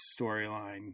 storyline